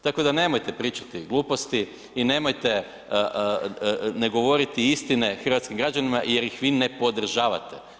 Tako da nemojte pričati gluposti i nemojte ne govoriti istine hrvatskim građanima jer ih vi ne podržavate.